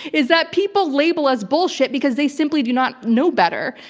is that people label us bullshit because they simply do not know better.